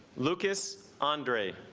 lucas andre